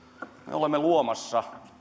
olemme luomassa